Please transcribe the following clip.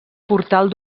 portal